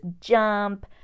jump